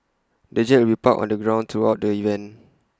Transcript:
the jet will be parked on the ground throughout the event